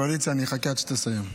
יו"ר הקואליציה, אני אחכה עד שתסיים.